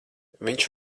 viņš